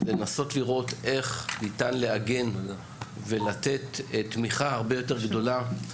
לנסות לראות איך ניתן להגן ולתת תמיכה הרבה יותר גדולה.